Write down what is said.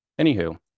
Anywho